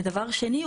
ודבר שני,